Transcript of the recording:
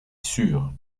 sûre